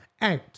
out